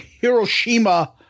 Hiroshima